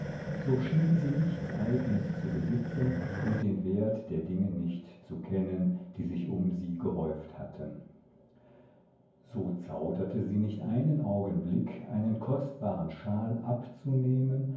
so schien sie nichts eigenes zu besitzen und den wert der dinge nicht zu kennen die sich um sie gehäuft hatten so zauderte sie nicht einen augenblick einen kostbaren schal abzunehmen